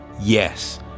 yes